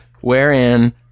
wherein